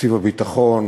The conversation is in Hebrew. בתקציב הביטחון